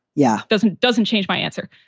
yeah. doesn't doesn't change my answer,